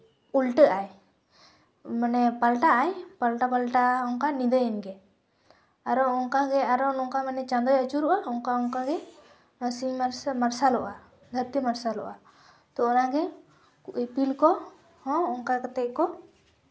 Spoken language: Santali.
ᱩᱞᱴᱟᱹᱜ ᱟᱭ ᱢᱟᱱᱮ ᱯᱟᱞᱴᱟᱜ ᱟᱭ ᱯᱟᱞᱴᱟ ᱯᱟᱞᱴᱟ ᱚᱱᱠᱟ ᱧᱤᱫᱟᱹᱭᱮᱱ ᱜᱮ ᱟᱨᱚ ᱚᱱᱠᱟᱜᱮ ᱟᱨᱚ ᱱᱚᱝᱠᱟ ᱢᱟᱱᱮ ᱪᱟᱸᱫᱚᱭ ᱟᱹᱪᱩᱨᱚᱜᱼᱟ ᱚᱱᱠᱟ ᱚᱱᱠᱟᱜᱮ ᱥᱤᱧ ᱢᱟᱨᱥᱟᱞᱚᱜᱼᱟ ᱫᱟᱹᱨᱛᱤ ᱢᱟᱨᱥᱟᱞᱚᱜᱼᱟ ᱛᱚ ᱚᱱᱟᱜᱮ ᱤᱯᱤᱞ ᱠᱚᱦᱚᱸ ᱚᱱᱠᱟ ᱠᱟᱛᱮ ᱜᱮ